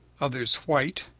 others white,